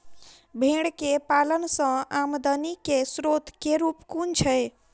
भेंर केँ पालन सँ आमदनी केँ स्रोत केँ रूप कुन छैय?